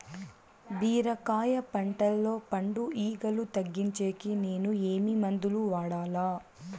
బీరకాయ పంటల్లో పండు ఈగలు తగ్గించేకి నేను ఏమి మందులు వాడాలా?